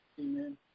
Amen